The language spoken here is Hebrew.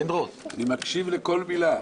פינדרוס --- אני מקשיב לכל מילה.